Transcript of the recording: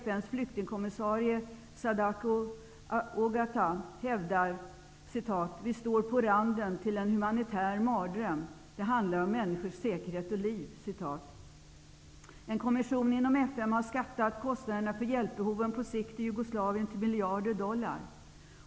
FN:s flyktingkommissarie Sadako Ogata hävdar att ''vi står på randen till en humanitär mardröm. Det handlar om människors säkerhet och liv.'' En kommission inom FN har skattat kostnaderna för hjälpbehoven på sikt i Jugoslavien till miljarder dollar.